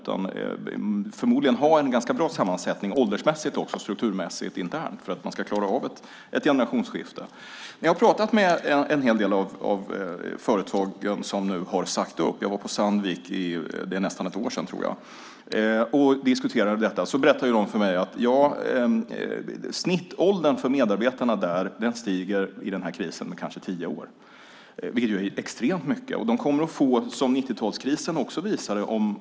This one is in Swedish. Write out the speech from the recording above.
Man måste förmodligen ha en ganska bra intern sammansättning åldersmässigt och strukturmässigt för att man ska klara av ett generationsskifte. Jag har pratat med en hel del av de företag som har sagt upp anställda. Jag var på Sandvik för nästan ett år sedan och diskuterade detta. De berättade för mig att snittåldern på medarbetarna kommer att stiga med kanske 10 år under den här krisen. Det är extremt mycket.